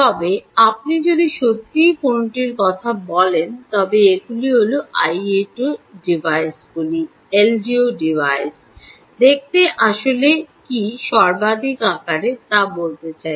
তবে আপনি যদি সত্যই কোনওটির কথা বলেন তবে এগুলি হল আইওটি ডিভাইসটি দেখতে আসলে কি সর্বাধিক আকারের তা বলতে চাই